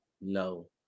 No